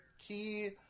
key